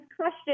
question